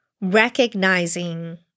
recognizing